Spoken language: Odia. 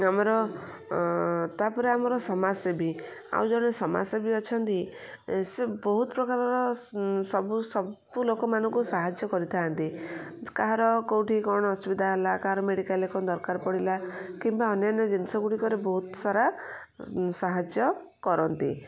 ଆମର ତା'ପରେ ଆମର ସମାଜସେବୀ ଆଉ ଜଣେ ସମାଜସେବୀ ଅଛନ୍ତି ସେ ବହୁତ ପ୍ରକାରର ସବୁ ସବୁଲୋକମାନଙ୍କୁ ସାହାଯ୍ୟ କରିଥାନ୍ତି କାହାର କେଉଁଠି କ'ଣ ଅସୁବିଧା ହେଲା କାହାର ମେଡ଼ିକାଲ୍ରେ କ'ଣ ଦରକାର ପଡ଼ିଲା କିମ୍ବା ଅନ୍ୟାନ୍ୟ ଜିନିଷ ଗୁଡ଼ିକରେ ବହୁତ ସାରା ସାହାଯ୍ୟ କରନ୍ତି